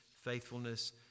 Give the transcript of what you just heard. faithfulness